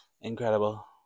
Incredible